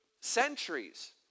centuries